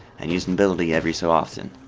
and use an ability every so often.